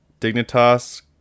dignitas